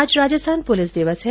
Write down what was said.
आज राजस्थान पुलिस दिवस है